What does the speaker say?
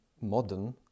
modern